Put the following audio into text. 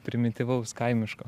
primityvaus kaimiško